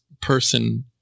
person